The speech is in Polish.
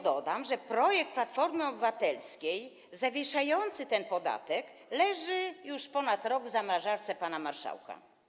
Dodam, że projekt Platformy Obywatelskiej zawieszający ten podatek leży już ponad rok w zamrażarce pana marszałka.